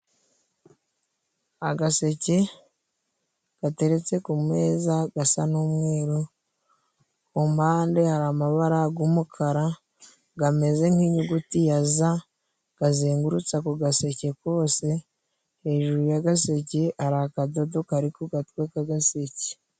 Agaseke gateretse ku meza gasa n'umweru, ku mpande hari amabara y'umukara, kameze nk'inyuguti ya za, kazengurutse ako gaseke kose, hejuru y' agaseke hari akadodo kari ku gatwe k'agaseke.